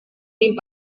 vint